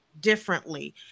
differently